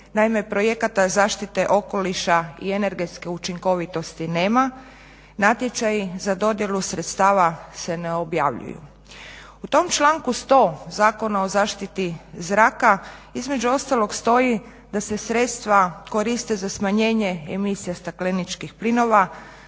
naime, projekta zaštite okoliša i energetske učinkovitosti nema. Natječaji za dodjelu sredstava se ne objavljuju. U tom članku 100. Zakona o zaštiti zraka između ostalog stoji da se sredstva koriste za smanjenje stakleničkih plinova,